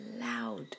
loud